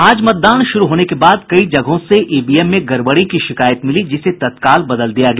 आज मतदान शुरू होने के बाद कई जगहों से ईवीएम में गड़बड़ी की शिकायत मिली जिसे तत्काल बदल दिया गया